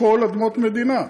הכול אדמות מדינה.